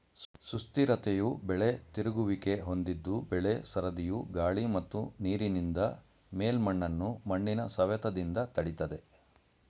ಸುಸ್ಥಿರತೆಯು ಬೆಳೆ ತಿರುಗುವಿಕೆ ಹೊಂದಿದ್ದು ಬೆಳೆ ಸರದಿಯು ಗಾಳಿ ಮತ್ತು ನೀರಿನಿಂದ ಮೇಲ್ಮಣ್ಣನ್ನು ಮಣ್ಣಿನ ಸವೆತದಿಂದ ತಡಿತದೆ